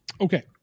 Okay